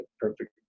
perfect